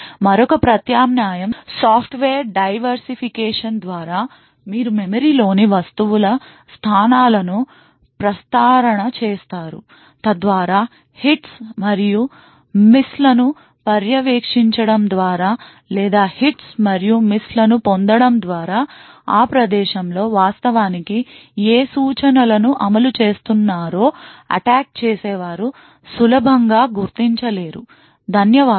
మరొక ప్రత్యామ్నాయం software diversification ద్వారా మీరు మెమరీలోని వస్తువుల స్థానాలను ప్రస్తారణ చేస్తారు తద్వారా హిట్స్ మరియు మిస్లను పర్యవేక్షించడం ద్వారా లేదా హిట్స్ మరియు మిస్లను పొందడం ద్వారా ఆ ప్రదేశంలో వాస్తవానికి ఏ సూచనలను అమలు చేస్తున్నారో అటాక్ చేసేవారు సులభంగా గుర్తించలేరు ధన్యవాదాలు